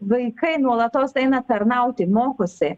vaikai nuolatos eina tarnauti mokosi